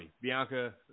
Bianca